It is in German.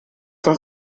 das